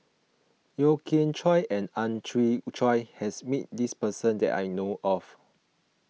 Yeo Kian Chye and Ang Chwee Chai has met this person that I know of